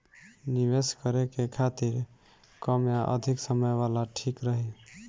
निवेश करें के खातिर कम या अधिक समय वाला ठीक रही?